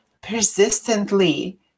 persistently